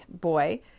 boy